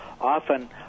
often